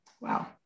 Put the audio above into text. Wow